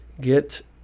get